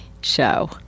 show